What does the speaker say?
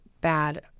bad